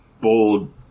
bold